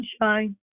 Sunshine